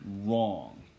wrong